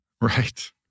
Right